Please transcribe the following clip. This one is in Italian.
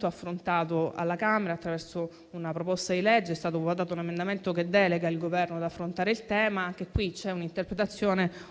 affrontato alla Camera attraverso una proposta di legge ed è stato votato un emendamento che delega il Governo ad affrontare il tema. Anche in questo caso c'è un'interpretazione un